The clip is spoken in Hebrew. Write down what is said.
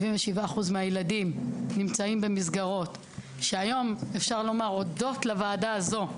77 אחוז מהילדים נמצאים במסגרות שהיום אפשר לומר הודות לוועדה הזו,